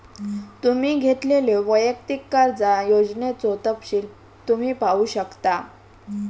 तुम्ही घेतलेल्यो वैयक्तिक कर्जा योजनेचो तपशील तुम्ही पाहू शकता